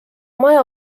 maja